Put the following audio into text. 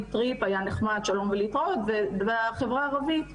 היה נחמד שלום ולהתראות ובחברה הערבית זה,